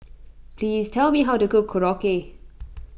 please tell me how to cook Korokke